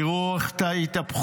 תראו איך התהפכו.